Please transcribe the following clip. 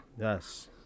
Yes